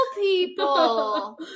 people